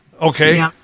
Okay